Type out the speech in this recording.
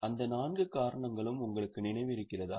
அந்த நான்கு காரணங்களும் உங்களுக்கு நினைவிருக்கிறதா